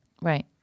Right